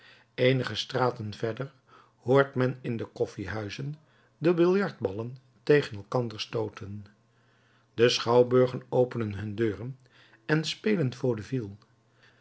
eenige straten verder hoort men in de koffiehuizen de biljartballen tegen elkander stooten de schouwburgen openen hun deuren en spelen vaudevilles de